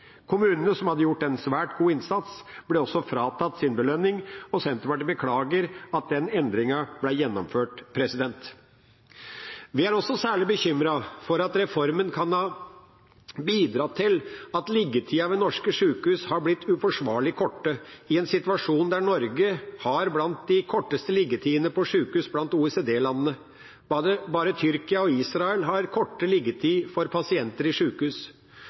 Kommunene som hadde gjort en svært god innsats, ble også fratatt sin belønning, og Senterpartiet beklager at den endringen ble gjennomført. Vi er også særlig bekymret for at reformen kan ha bidratt til at liggetiden ved norske sjukehus har blitt uforsvarlig kort, i en situasjon der Norge har blant de korteste liggetidene på sjukehus blant OECD-landene. Bare Tyrkia og Israel har kortere liggetid for pasienter i sjukehus.